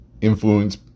influence